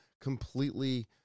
completely